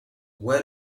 where